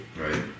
Right